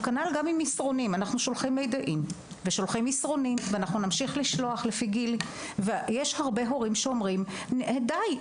אנחנו שולחים מידע ומסרונים ויש הרבה הורים שאומרים: "די,